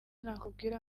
nakubwira